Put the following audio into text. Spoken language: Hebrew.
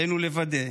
עלינו לוודא